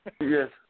Yes